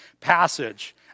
passage